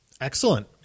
Excellent